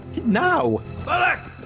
now